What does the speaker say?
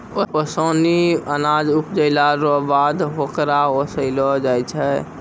ओसानी अनाज उपजैला रो बाद होकरा ओसैलो जाय छै